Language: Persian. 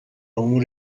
امور